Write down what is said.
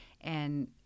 And-